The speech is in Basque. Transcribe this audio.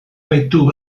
baitu